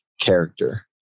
character